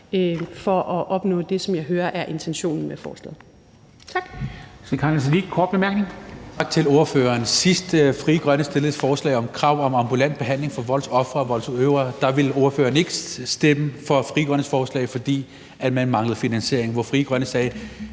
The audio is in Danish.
for at opnå det, som jeg hører er intentionen med forslaget. Kl.